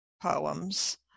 poems